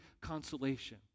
consolation